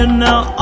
now